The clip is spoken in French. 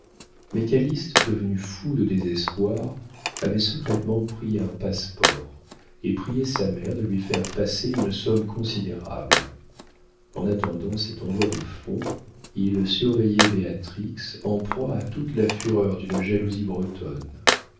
devenu fou de désespoir avait secrètement pris un passe-port et prié sa mère de lui faire passer une somme considérable en attendant cet envoi de fonds il surveillait béatrix en proie à toute la fureur d'une jalousie bretonne